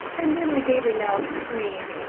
and then i gave a loud scream,